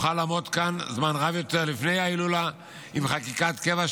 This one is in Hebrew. נוכל לעמוד כאן זמן רב יותר לפני ההילולה עם חקיקת קבע,